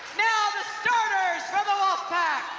now the starters for the ah